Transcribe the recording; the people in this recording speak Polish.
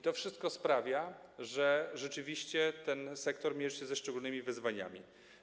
To wszystko sprawia, że rzeczywiście ten sektor mierzy się ze szczególnymi wyzwaniami.